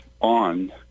on